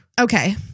Okay